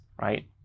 right